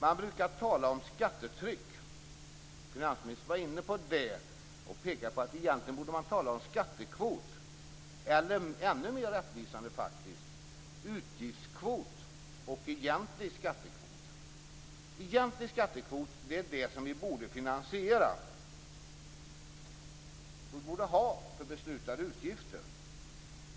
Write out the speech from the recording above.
Man brukar tala om skattetryck. Finansministern var inne på det och påpekade att man egentligen borde tala om skattekvot, eller ännu mer rättvisande, utgiftskvot och egentlig skattekvot. Egentlig skattekvot är det som vi borde ha för beslutade utgifter.